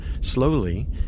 slowly